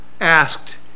asked